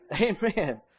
Amen